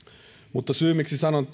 mutta syy miksi sanon